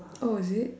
oh is it